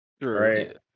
Right